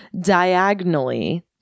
diagonally